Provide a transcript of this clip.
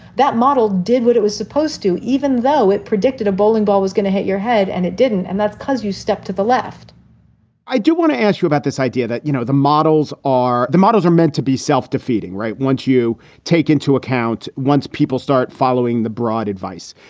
that model did what it was supposed to. even though it predicted a bowling ball was going to hit your head and it didn't. and that's cause you step to the left i do want to ask you about this idea that, you know, the models are the models are meant to be self-defeating. right. once you take into account once people start following the broad advice,